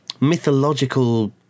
mythological